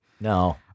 no